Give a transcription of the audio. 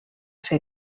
fer